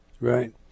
right